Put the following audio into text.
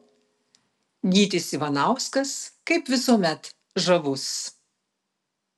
gytis ivanauskas kaip visuomet žavus